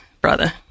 brother